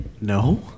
No